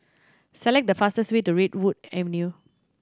select the fastest way to Redwood Avenue